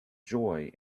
joy